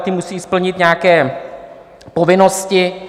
Ti musí splnit nějaké povinnosti.